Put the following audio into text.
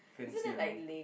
fencing